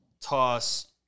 toss